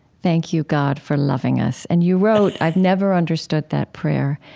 thank you god, for loving us. and you wrote, i've never understood that prayer,